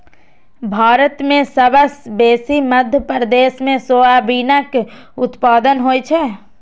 भारत मे सबसँ बेसी मध्य प्रदेश मे सोयाबीनक उत्पादन होइ छै